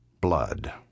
Blood